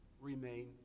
remain